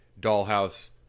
dollhouse